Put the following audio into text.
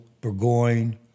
Burgoyne